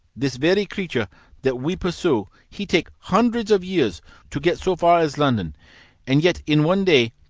this very creature that we pursue, he take hundreds of years to get so far as london and yet in one day,